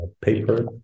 paper